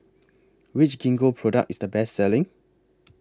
Which Gingko Product IS The Best Selling